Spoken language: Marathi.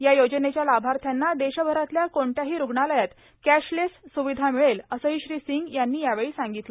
या योजनेच्या लाभार्थ्यांना देशभरातल्या क्रठल्याही रूग्णालयात कॅशलेस सुविधा मिळेल असंही श्री सिंग यांनी यावेळी सांगितलं